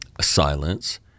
silence